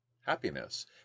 happiness